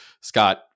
Scott